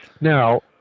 Now